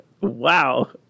Wow